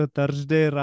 Thursday